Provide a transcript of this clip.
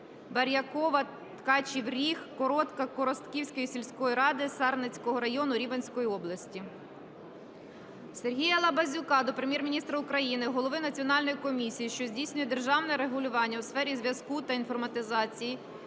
Бар'якова, Ткачів ріг, Коротка, Коростської сільської ради Сарненського району Рівненської області. Сергія Лабазюка до Прем'єр-міністра України, голови Національної комісії, що здійснює державне регулювання у сфері зв'язку та інформатизації